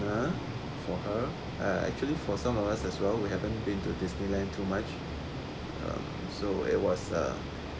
for her uh actually for some of us as well we haven't been to disneyland too much um so it was uh